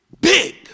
big